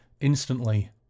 instantly